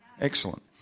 Excellent